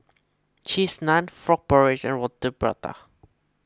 Cheese Naan Frog Porridge and Roti Prata